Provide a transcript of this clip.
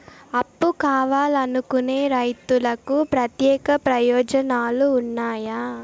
అప్పు కావాలనుకునే రైతులకు ప్రత్యేక ప్రయోజనాలు ఉన్నాయా?